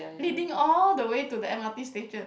leading all the way to the M_R_T station